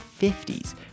50s